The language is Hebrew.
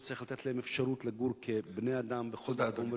וצריך לתת להם אפשרות לגור כבני-אדם בכל מקום,